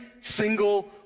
single